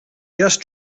just